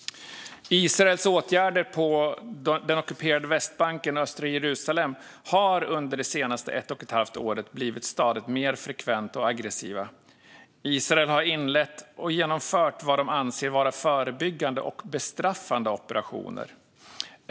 Israels åtgärder på den ockuperade Västbanken och i östra Jerusalem har under den senaste tiden - ett och ett halvt år - blivit mer frekventa och aggressiva. Israel har inlett och genomfört vad israelerna anser vara förebyggande och bestraffande operationer.